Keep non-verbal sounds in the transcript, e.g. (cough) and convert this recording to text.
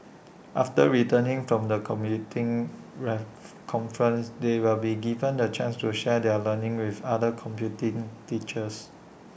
(noise) after returning from the (unintelligible) ref conference they will be given the chance to share their learning with other computing teachers